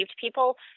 people